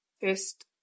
first